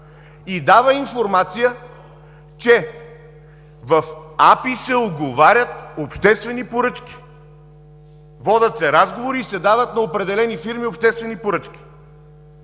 и дава информация, че в АПИ се уговарят обществени поръчки! Водят се разговори и на определени фирми се дават обществени поръчки!